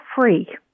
free